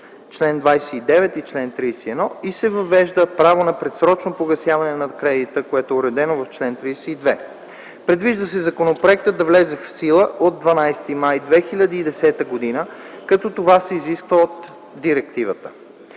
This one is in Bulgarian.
(чл. 29 - чл. 31) и се въвежда право на предсрочно погасяване на кредита (чл. 32). Предвижда се законопроектът да влезе в сила от 12 май 2010 г., както това се изисква от директивата.